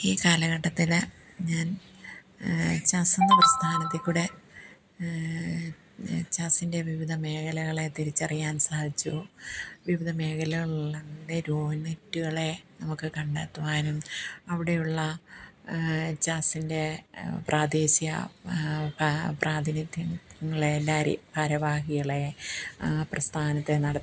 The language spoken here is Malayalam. ഈ കാലഘട്ടത്തിൽ ഞാൻ ജാസ്സെന്ന പ്രസ്ഥാനത്തിൽക്കൂടെ ജാസിൻ്റെ വിവിധ മേഘലകളെ തിരിച്ചറിയാൻ സാധിച്ചു വിവിധ മേഘലകളിലുള്ള യൂണിറ്റുകളേ നമുക്ക് കണ്ടെത്തുവാനും അവിടെയുള്ള ജാസിൻ്റെ പ്രാദേശിക പ്രാധിനിത്യം ഉള്ള എല്ലാവരേയും ഭാരവാഹികളെ പ്രസ്ഥാനത്തെ നട